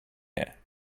here